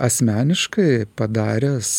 asmeniškai padaręs